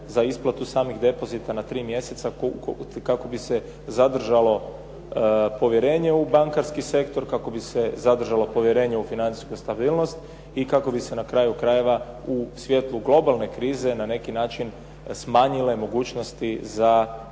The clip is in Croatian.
za isplatu samih depozita na tri mjeseca kako bi se zadržalo povjerenje u bankarski sektor, kako bi se zadržalo povjerenje u financijsku stabilnost, i kako bi se na kraju krajeva u svijetlu globalne krize na neki način smanjile mogućnosti za bilo